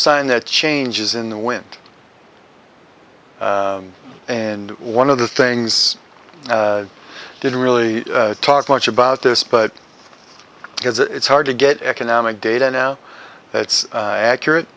sign that changes in the wind and one of the things didn't really talk much about this but it's hard to get economic data now that it's accurate